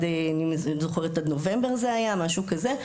אני זוכרת שעד נובמבר משהו כזה.